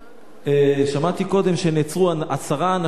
שמעתי קודם שנעצרו עשרה אנשים מיצהר.